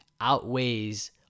outweighs